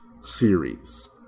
series